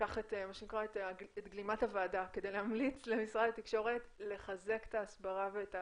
אקח את גלימת הוועדה כדי להמליץ למשרד התקשורת לחזק את ההסברה.